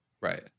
Right